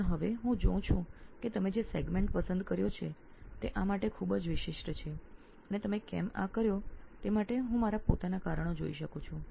પણ હવે હું જોઉં છું કે આપે જે ક્ષેત્ર પસંદ કર્યું છે તે ખૂબ જ વિશિષ્ટ છે અને આપે કેમ આ કર્યું તે માટે હું મારા પોતાના કારણો જોઈ શકું છું